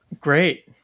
Great